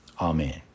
Amen